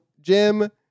Jim